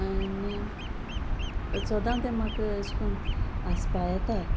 आनी सोदां तें म्हाका ऍश्कोन्न हांसपा येता